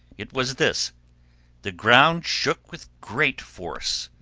it was this the ground shook with great force,